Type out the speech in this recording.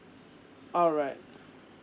alright